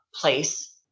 place